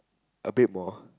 a bit more